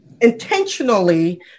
intentionally